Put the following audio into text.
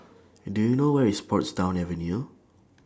Do YOU know Where IS Portsdown Avenue